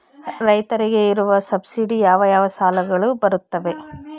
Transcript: ರೈತರಿಗೆ ಇರುವ ಸಬ್ಸಿಡಿ ಯಾವ ಯಾವ ಸಾಲಗಳು ಬರುತ್ತವೆ?